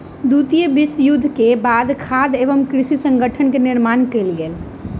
द्वितीय विश्व युद्ध के बाद खाद्य एवं कृषि संगठन के निर्माण कयल गेल